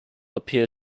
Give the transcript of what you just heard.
appear